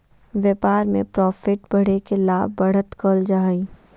व्यापार में प्रॉफिट बढ़े के लाभ, बढ़त कहल जा हइ